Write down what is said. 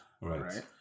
right